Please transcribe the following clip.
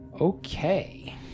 Okay